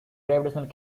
gravitational